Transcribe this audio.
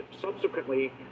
subsequently